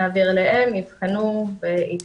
נעביר והם יבחנו והתייחסו.